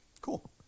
Cool